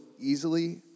easily